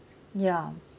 yeah